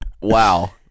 wow